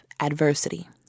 adversity